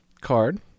card